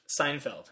Seinfeld